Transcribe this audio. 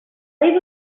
leave